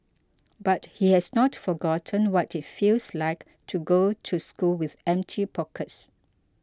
but he has not forgotten what it feels like to go to school with empty pockets